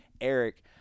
Eric